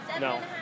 No